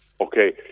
Okay